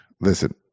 listen